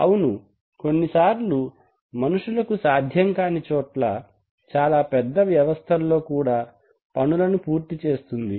అవును కొన్నిసార్లు మనుషులకు సాధ్యం కానీ చోట్ల చాలా పెద్ద వ్యవస్థల్లో కూడా పనులను పూర్తి చేస్తుంది